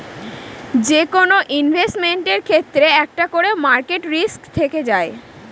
যেকোনো ইনভেস্টমেন্টের ক্ষেত্রে একটা করে মার্কেট রিস্ক থেকে যায়